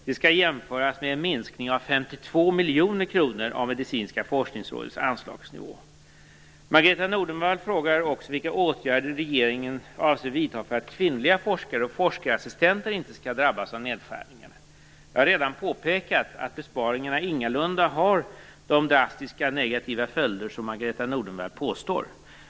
Det skall jämföras med en minskning på 52 miljoner kronor av Margareta E Nordenvall frågar också vilka åtgärder regeringen avser vidta för att kvinnliga forskare och forskarassistenter inte skall drabbas av nedskärningar. Jag har redan påpekat att besparingarna ingalunda har de drastiska negativa följder som Margareta E Nordenvall påstår.